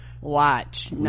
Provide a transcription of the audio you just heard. watch